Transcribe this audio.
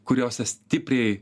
kuriose stipriai